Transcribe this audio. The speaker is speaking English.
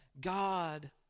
God